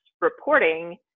reporting